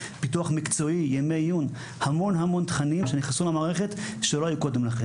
פיתוח מקצועי; ימי עיון המון תכנים נכנסו למערכת שלא היו קודם לכן.